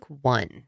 one